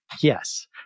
yes